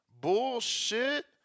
Bullshit